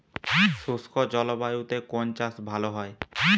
শুষ্ক জলবায়ুতে কোন চাষ ভালো হয়?